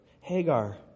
Hagar